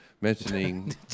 Mentioning